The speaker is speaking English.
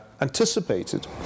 anticipated